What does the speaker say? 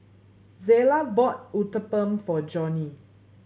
Zela bought Uthapam for Johny